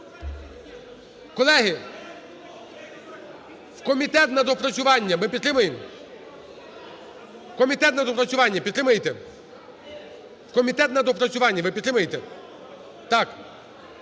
Колеги, в комітет на доопрацювання ми підтримуємо? В комітет на доопрацювання підтримаєте? В комітет на доопрацювання ви підтримаєте? Так,